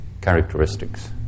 characteristics